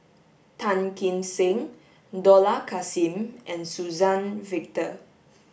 Tan Kim Seng Dollah Kassim and Suzann Victor